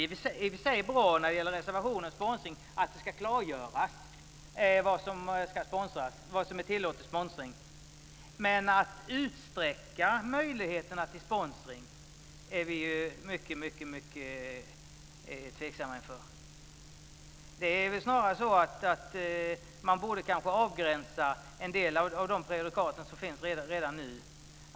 När det gäller reservationen om sponsring är det i och för sig bra att det ska klargöras vad som är tillåten sponsring. Men vi är mycket tveksamma till att utsträcka möjligheterna till sponsring. Det är väl snarare så att man kanske borde avgränsa en del av de prejudikat som finns redan nu.